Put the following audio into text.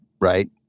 Right